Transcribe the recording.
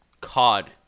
Cod